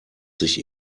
sich